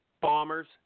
Bombers